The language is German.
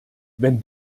wenn